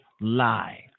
lie